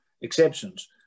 exceptions